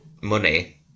money